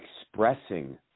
expressing